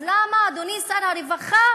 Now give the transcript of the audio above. אז למה, אדוני שר הרווחה,